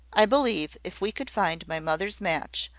i believe, if we could find my mother's match,